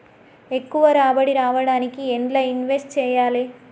ఎక్కువ రాబడి రావడానికి ఎండ్ల ఇన్వెస్ట్ చేయాలే?